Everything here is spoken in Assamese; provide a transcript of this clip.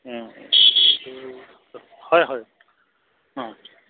এইটো হয় হয় অঁ